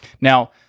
Now